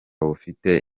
bufite